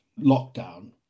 lockdown